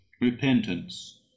repentance